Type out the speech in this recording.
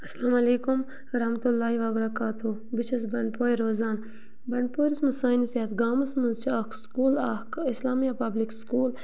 السلامُ علیکُم ورحمتہ اللہِ وَبرَکاتُہ بہٕ چھَس بنڈپورِ روزان بنڈپورِس منٛز سٲنِس یَتھ گامَس منٛز چھِ اَکھ سکوٗل اَکھ اِسلامِیہ پَبلِک سکوٗل